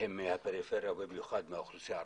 הם מהפריפריה, במיוחד מהאוכלוסייה הערבית,